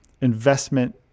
investment